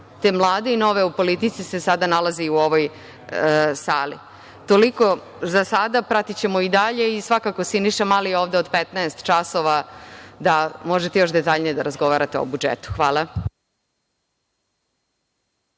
te mlade i nove u politici, se sada nalaze u ovoj sali. Toliko za sada, a pratićemo i dalje. Siniša Mali je ovde od 15.00 časova, pa možete još detaljnije da razgovarate o budžetu. Hvala.